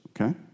Okay